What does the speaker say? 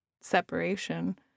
separation